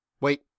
wait